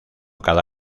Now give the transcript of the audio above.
cada